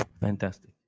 Fantastic